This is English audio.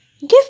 give